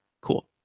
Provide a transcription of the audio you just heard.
cool